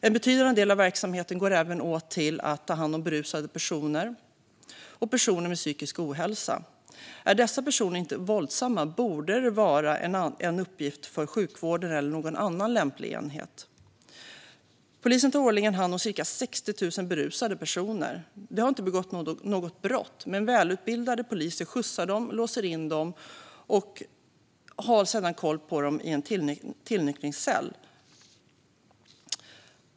Polisen tar årligen hand om ca 60 000 berusade personer. De har inte begått något brott, men välutbildade poliser skjutsar dem, låser in dem och har sedan koll på dem i en tillnyktringscell. En betydande del av verksamheten går alltså åt till att ta hand om berusade och personer med psykisk ohälsa. Är dessa personer inte våldsamma borde det vara en uppgift för sjukvården eller någon annan lämplig enhet.